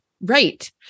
Right